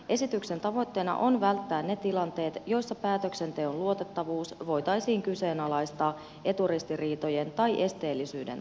esityksen tavoitteena on välttää ne tilanteet joissa päätöksenteon luotettavuus voitaisiin kyseenalaistaa eturistiriitojen tai esteellisyyden takia